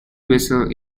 whistle